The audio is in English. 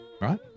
Right